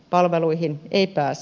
palveluihin ei pääse